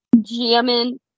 jamming